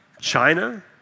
China